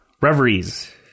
reveries